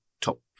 top